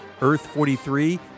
Earth-43